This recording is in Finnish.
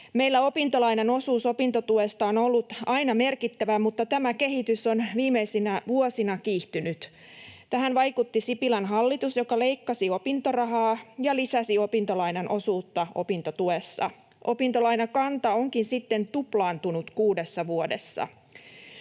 Meillä opintolainan osuus opintotuesta on ollut aina merkittävä, mutta tämä kehitys on viimeisinä vuosina kiihtynyt. Tähän vaikutti Sipilän hallitus, joka leikkasi opintorahaa ja lisäsi opintolainan osuutta opintotuessa. Opintolainakanta onkin sitten tuplaantunut kuudessa vuodessa.